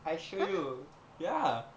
I showed you ya